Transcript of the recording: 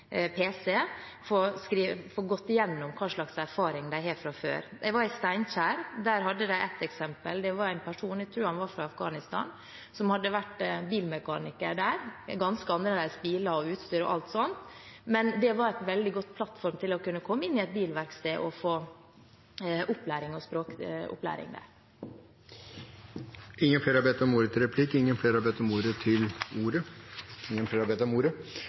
pc får gått gjennom hva slags erfaring de har fra før. Jeg var i Steinkjer, og der hadde de et eksempel på det. Det var en person – jeg tror han var fra Afghanistan – som hadde vært bilmekaniker der, med ganske annerledes biler, utstyr og alt sånt, men det var en veldig god plattform til å komme inn på et bilverksted og få opplæring og språkopplæring der. Replikkordskiftet er omme. Flere har ikke bedt om ordet til sak nr. 2. Etter